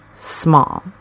small